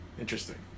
interesting